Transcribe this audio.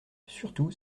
surtout